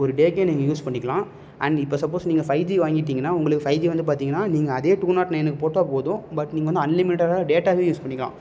ஒரு டேக்கே நீங்கள் யூஸ் பண்ணிக்கலாம் அண்ட் இப்போ சப்போஸ் நீங்கள் ஃபைவ் ஜி வாங்கிட்டீங்கன்னா உங்களுக்கு ஃபைவ் ஜி வந்து பார்த்தீங்கன்னா நீங்கள் அதே டூ நாட் நயனுக்கு போட்டால் போதும் பட் நீங்கள் வந்து அன்லிமிட்டெடாக டேட்டாவே யூஸ் பண்ணிக்கலாம்